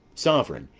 sovereign,